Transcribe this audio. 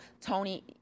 Tony